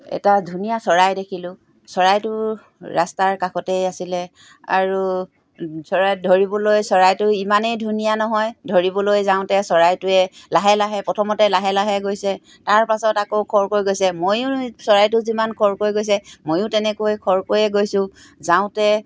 এটা ধুনীয়া চৰাই দেখিলোঁ চৰাইটো ৰাস্তাৰ কাষতেই আছিলে আৰু চৰাই ধৰিবলৈ চৰাইটো ইমানেই ধুনীয়া নহয় ধৰিবলৈ যাওঁতে চৰাইটোৱে লাহে লাহে প্ৰথমতে লাহে লাহে গৈছে তাৰপাছত আকৌ খৰকৈ গৈছে ময়ো চৰাইটো যিমান খৰকৈ গৈছে ময়ো তেনেকৈ খৰকৈয়ে গৈছোঁ যাওঁতে